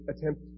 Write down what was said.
attempt